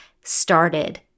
started